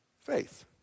faith